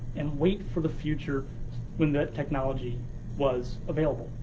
and wait for the future when the technology was available.